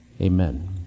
amen